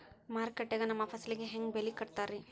ಮಾರುಕಟ್ಟೆ ಗ ನಮ್ಮ ಫಸಲಿಗೆ ಹೆಂಗ್ ಬೆಲೆ ಕಟ್ಟುತ್ತಾರ ರಿ?